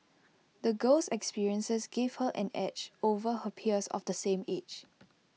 the girl's experiences gave her an edge over her peers of the same age